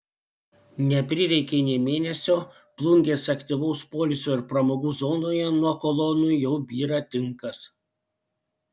neprireikė nė mėnesio plungės aktyvaus poilsio ir pramogų zonoje nuo kolonų jau byra tinkas